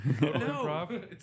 No